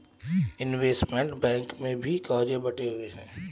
investment bank में भी कार्य बंटे हुए हैं